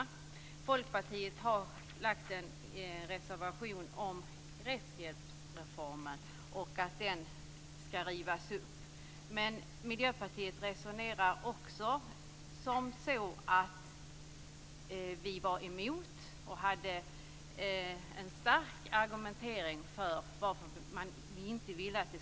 I en folkpartireservation yrkas att rättshjälpsreformen skall rivas upp. Också Miljöpartiet var emot reformen och hade en stark argumentation för att den inte skulle genomföras.